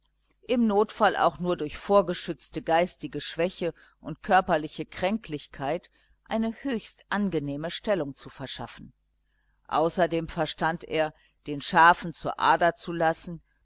im notfall wohl auch durch vorgeschützte geistige schwäche und körperliche kränklichkeit eine höchst angenehme stellung zu verschaffen außerdem verstand er den schafen zur ader zu lassen